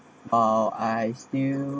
how I still